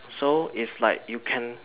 so is like you can